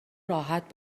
راحت